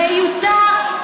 מיותר.